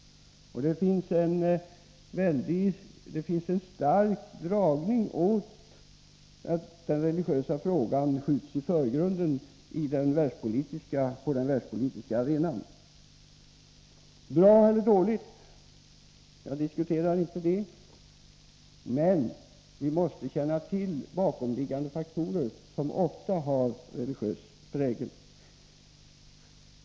Det finns en stark tendens till att den religiösa frågan skjuts i förgrunden på den världspolitiska arenan. Om det är bra eller dåligt diskuterar inte jag. Vi måste känna till bakomliggande faktorer, som ofta har religiös prägel.